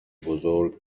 بزرگ